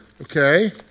Okay